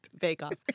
bake-off